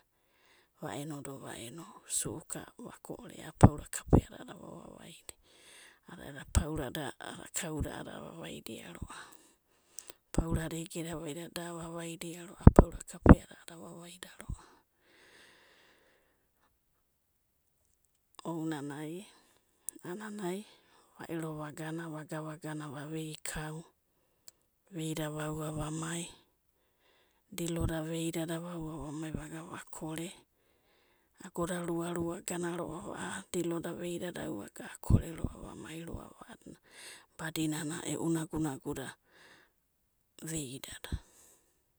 Va'enodo va'eno, su'uka, va'ko'ore a'a paura kapeada a'adada vavaivai, a'adada paurada kauda'adada ava'vairoava. Paurada ege'dada vaida da avavai'roava paurada kauda a'adada, ounanai a'anana va'ero vagana vagana vagana va'vei kau, vei'da va'ua va'mai diloda vei'dada va'ua va'mai va'gana va'kore. Agoda rua'rua a'a aganaroava diloda veidada a'ua'aga a'kore roava amai roava badinana e'u nagu'naguda vei'dada.